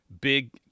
big